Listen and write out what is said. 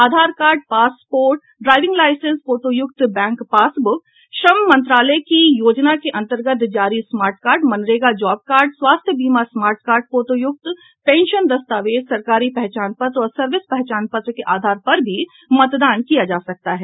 आधार card passport driving licence फोटोयुक्त bank passbook श्रम मंत्रालय की योजना के अंतर्गत जारी स्मार्ट कार्ड मनरेगा जॉब कार्ड स्वास्थ्य बीमा स्मार्ट कार्ड फोटोयुक्त पेंशन दस्तावेज सरकारी पहचान पत्र और सर्विस पहचान पत्र के आधार पर भी मतदान किया जा सकता है